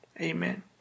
Amen